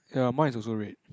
ya mine is also red